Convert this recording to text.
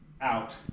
Out